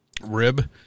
rib